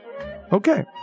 Okay